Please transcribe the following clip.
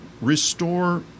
restore